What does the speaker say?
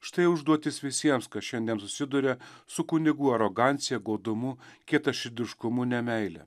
štai užduotis visiems kas šiandien susiduria su kunigų arogancija godumu kietaširdiškumu nemeile